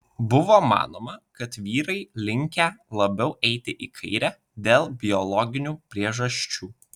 buvo manoma kad vyrai linkę labiau eiti į kairę dėl biologinių priežasčių